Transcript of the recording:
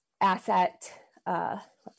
asset